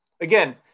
again